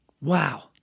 Wow